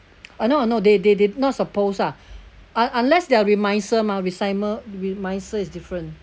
I know I know they they're not supposed ah un~ unless they are remisier mah remisier remisier is different